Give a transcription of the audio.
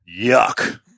Yuck